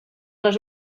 les